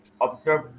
observe